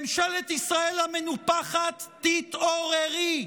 ממשלת ישראל המנופחת, תתעוררי.